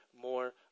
more